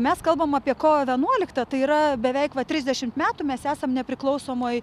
mes kalbam apie kovo vienuoliktą tai yra beveik va trisdešimt metų mes esam nepriklausomoj